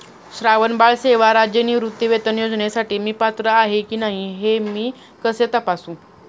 श्रावणबाळ सेवा राज्य निवृत्तीवेतन योजनेसाठी मी पात्र आहे की नाही हे मी कसे तपासू?